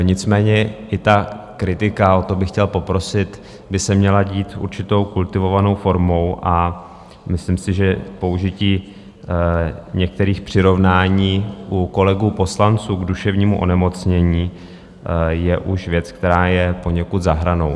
Nicméně i ta kritika, o to bych chtěl poprosit, by se měla dít určitou kultivovanou formou a myslím si, že použití některých přirovnání u kolegů poslanců k duševnímu onemocnění je už věc, která je poněkud za hranou.